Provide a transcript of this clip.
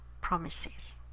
promises